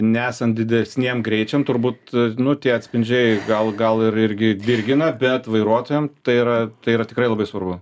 nesant didesniem greičiam turbūt nu tie atspindžiai gal gal ir irgi dirgina bet vairuotojam tai yra tai yra tikrai labai svarbu